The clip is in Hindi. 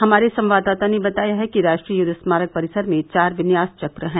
हमारे संवाददाता ने बताया है कि राष्ट्रीय युद्ध स्मारक परिसर में चार विन्यासचक्र हैं